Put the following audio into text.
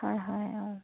হয় হয় অঁ